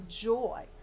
joy